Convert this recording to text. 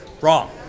Wrong